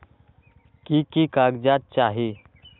की की कागज़ात चाही?